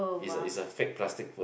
it's a it's a fake plastic food